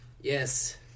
Yes